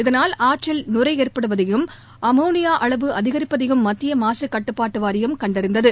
இதனால் ஆற்றில் நுரை ஏற்படுவதையும் அமோளியா அளவு அதிகரிப்பதையும் மத்திய மாசு கட்டுப்பாட்டு வாரியம் கண்டறிந்தது